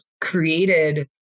created